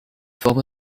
forme